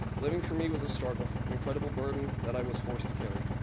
living for me was a struggle, an incredible burden that i was forced to carry.